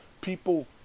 people